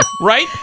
Right